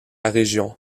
région